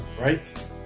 right